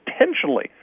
intentionally